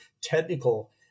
technical